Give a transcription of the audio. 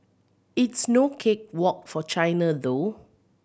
it's no cake walk for China though